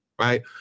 Right